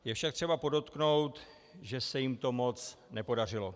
Je však třeba podotknout, že se jim to moc nepodařilo.